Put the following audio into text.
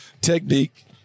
technique